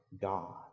God